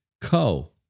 Co